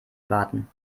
warten